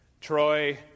Troy